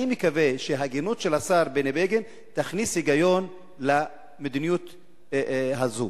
אני מקווה שההגינות של השר בני בגין תכניס היגיון למדיניות הזאת.